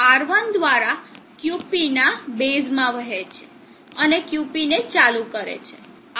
અને તે R1 દ્વારા QP ના બેઝમાં વહે છે અને QP ને ચાલુ કરે છે